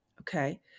okay